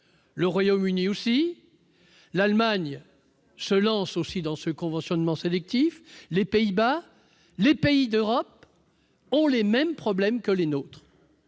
le Royaume-Uni également ; l'Allemagne se lance aussi dans ce conventionnement sélectif, comme les Pays-Bas. Les pays d'Europe ont les mêmes problèmes que nous.